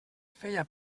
feia